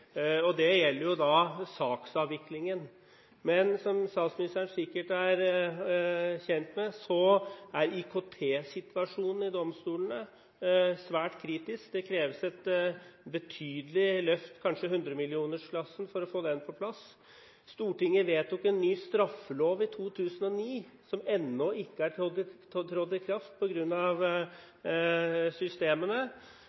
og det gjelder da saksavviklingen. Men som statsministeren sikkert er kjent med, er IKT-situasjonen i domstolene svært kritisk. Det kreves et betydelig løft, kanskje i hundremillionersklassen, for å få det på plass. Stortinget vedtok en ny straffelov i 2009 som ennå ikke er trådt i kraft